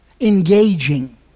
engaging